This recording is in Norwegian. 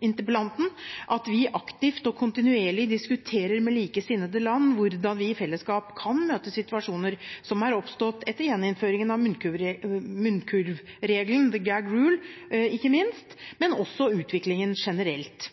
interpellanten – at vi aktivt og kontinuerlig diskuterer med likesinnede land hvordan vi i fellesskap kan møte situasjoner som har oppstått etter gjeninnføringen av munnkurvregelen – the Gag Rule – ikke minst, men også utviklingen generelt.